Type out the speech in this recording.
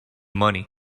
money